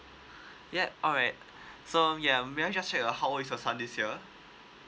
yup alright so um ya may I just check uh how old is your son this year